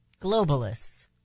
globalists